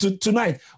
tonight